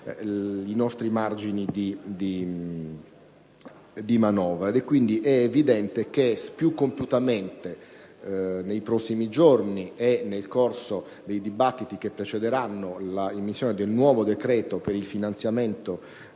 i nostri margini di manovra. È evidente che, più compiutamente nei prossimi giorni e nel corso dei dibattiti che precederanno l'adozione del nuovo decreto per il finanziamento,